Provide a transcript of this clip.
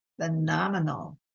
phenomenal